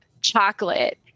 chocolate